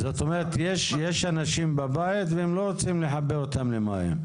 זאת אומרת יש אנשים בבית והם לא רוצים לחבר אותם למים?